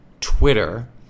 Twitter